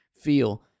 feel